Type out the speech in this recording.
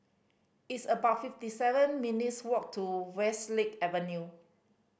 it's about fifty seven minutes' walk to Westlake Avenue